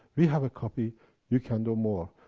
we have a copy you can know more.